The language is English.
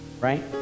right